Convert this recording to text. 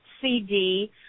CD